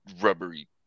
rubbery